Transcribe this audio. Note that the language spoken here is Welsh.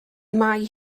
mae